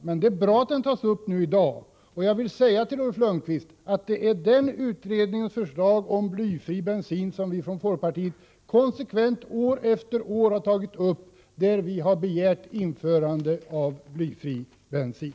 Det är ändå bra att den tas upp i dag, och jag vill säga till Ulf Lönnqvist att det är den utredningens förslag om blyfri bensin som vi från folkpartiet konsekvent år efter år har tagit upp när vi har krävt införande av blyfri bensin.